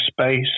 space